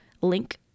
link